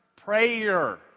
prayer